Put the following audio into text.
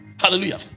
hallelujah